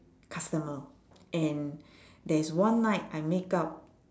customer and there is one night I make up